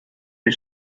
des